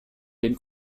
den